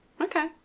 Okay